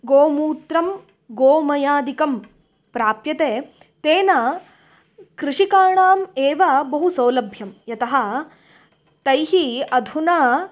गोमूत्रं गोमयादिकं प्राप्यते तेन कृषकाणाम् एव बहु सौलभ्यं यतः तैः अधुना